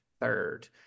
third